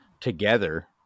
together